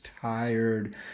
tired